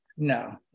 No